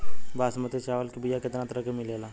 बासमती चावल के बीया केतना तरह के मिलेला?